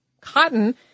Cotton